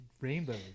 rainbows